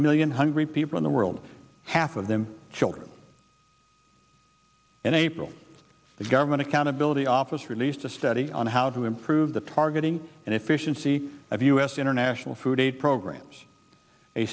million hungry people in the world half of them children and april the government accountability office released a study on how to improve the targeting and efficiency of u s international food aid programs a